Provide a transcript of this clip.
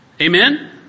Amen